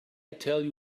tell